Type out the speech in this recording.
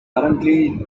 currently